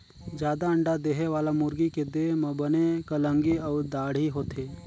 जादा अंडा देहे वाला मुरगी के देह म बने कलंगी अउ दाड़ी होथे